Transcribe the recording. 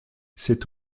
c’est